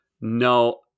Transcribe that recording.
No